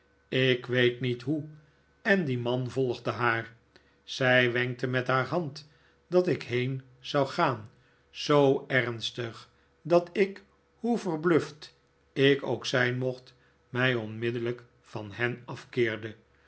ik weet niet hoe en die man volgde haar zij wenkte met haar hand dat ik heen zou gaan zoo ernstig dat ik hoe verbluft ik ook zijn mocht mij onmiddellijk van hen afkeerde